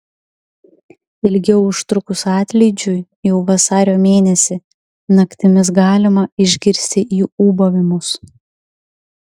ilgiau užtrukus atlydžiui jau vasario mėnesį naktimis galima išgirsti jų ūbavimus